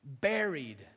buried